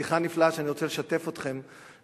בדיחה נפלאה שאני רוצה לשתף אתכם בה,